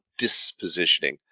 dispositioning